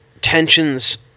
tensions